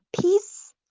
peace